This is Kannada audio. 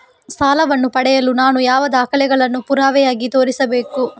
ಸಾಲವನ್ನು ಪಡೆಯಲು ನಾನು ಯಾವ ದಾಖಲೆಗಳನ್ನು ಪುರಾವೆಯಾಗಿ ತೋರಿಸಬೇಕು?